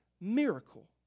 miracle